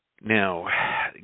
Now